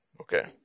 Okay